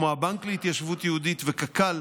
כמו הבנק להתיישבות יהודית וקק"ל,